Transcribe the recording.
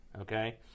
okay